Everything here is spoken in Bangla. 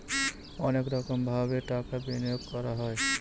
অনেক রকমভাবে টাকা বিনিয়োগ করা হয়